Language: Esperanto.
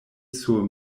sur